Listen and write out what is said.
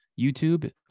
YouTube